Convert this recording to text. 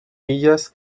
illes